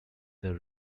their